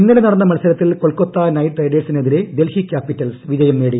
ഇന്നലെ നടന്ന മത്സരത്തിൽ കൊൽക്കത്ത നൈറ്റ് റൈഡേഴ്സിനെതിരെ ഡൽഹി ക്യാപിറ്റൽസ് വിജയം നേടി